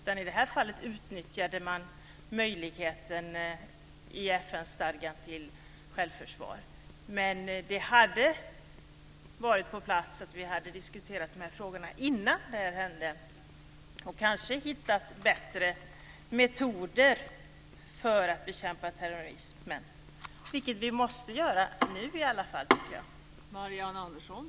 I det här utnyttjade man möjligheten till självförsvar enligt FN-stadgan, men det hade varit på sin plats att vi hade diskuterat dessa frågor innan det här hände, så hade vi kanske hittat bättre metoder för att bekämpa terrorismen, något som jag tycker att vi i alla fall måste göra nu.